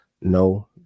No